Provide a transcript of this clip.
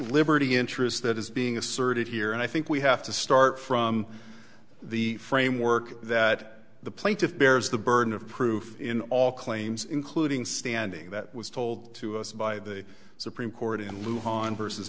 liberty interest that is being asserted here and i think we have to start from the framework that the plaintiff bears the burden of proof in all claims including standing that was told to us by the supreme court in lieu on versus